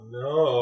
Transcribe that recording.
no